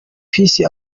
peace